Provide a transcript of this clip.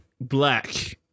Black